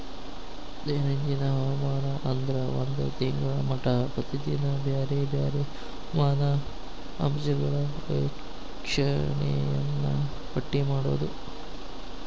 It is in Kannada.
ದೈನಂದಿನ ಹವಾಮಾನ ಅಂದ್ರ ಒಂದ ತಿಂಗಳ ಮಟಾ ಪ್ರತಿದಿನಾ ಬ್ಯಾರೆ ಬ್ಯಾರೆ ಹವಾಮಾನ ಅಂಶಗಳ ವೇಕ್ಷಣೆಯನ್ನಾ ಪಟ್ಟಿ ಮಾಡುದ